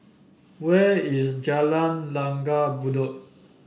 where is Jalan Langgar Bedok